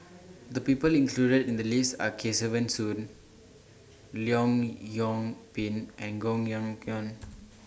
The People included in The list Are Kesavan Soon Leong Yoon Pin and Koh Yong Guan